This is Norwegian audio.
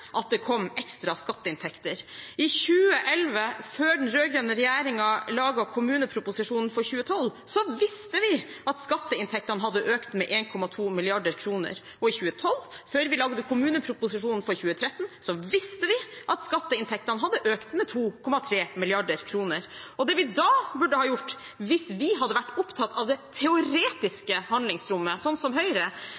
at det kom ekstra skatteinntekter. I 2011, før den rød-grønne regjeringen laget kommuneproposisjonen for 2012, visste vi at skatteinntektene hadde økt med 1,2 mrd. kr. I 2012, før vi laget kommuneproposisjonen for 2013, visste vi at skatteinntektene hadde økt med 2,3 mrd. kr. Hvis vi hadde vært opptatt av det teoretiske handlingsrommet sånn som Høyre,